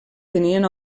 tenien